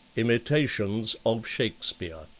imitations of shakspeare.